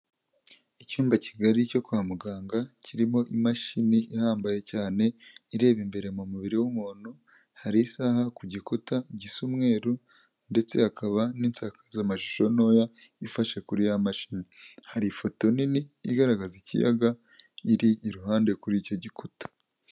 Icyumba kigali cyo kwa muganga kirimo imashini ihambaye cyane, ireba imbere mu mubiri w'umuntu, hari isaha ku gikuta gisa umweru ndetse hakaba n'insakazamashusho ntoya ifashe kuri ya mashini, hari ifoto nini igaragaza ikiyaga iri iruhande kuri icyo gikuta.